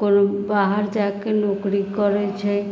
कोनो बाहर जाके नौकरी करैत छै